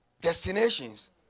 destinations